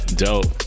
dope